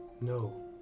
No